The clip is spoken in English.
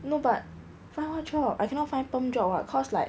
no but find what job I cannot find perm job [what] cause like